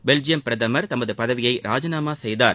Belgium பிரதமர் தமது பதவியை ராஜினாமா செய்தார்